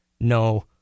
no